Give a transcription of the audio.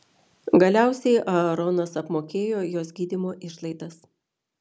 galiausiai aaronas apmokėjo jos gydymo išlaidas